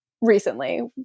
recently